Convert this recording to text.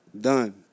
Done